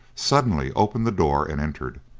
suddenly opened the door, and entered.